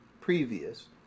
previous